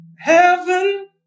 Heaven